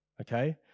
okay